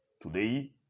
Today